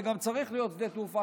וגם צריך להיות שדה תעופה,